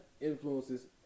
influences